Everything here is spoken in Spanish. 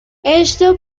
esto